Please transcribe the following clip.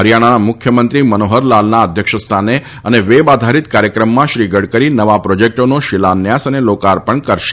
હરિયાણાના મુખ્યમંત્રી મનોહરલાલના અધ્યક્ષ સ્થાને અને વેબ આધારિત કાર્યક્રમમાં શ્રી ગડકરી નવા પ્રોજેક્ટોનો શિલાયન્સ અને લોકાર્પણ કરશે